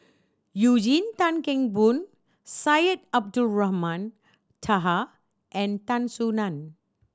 Eugene Tan Kheng Boon Syed Abdulrahman Taha and Tan Soo Nan